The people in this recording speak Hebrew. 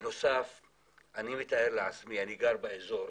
בנוסף אני גר באזור,